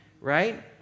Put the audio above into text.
right